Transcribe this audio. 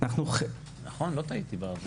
לא טעיתי.